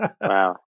wow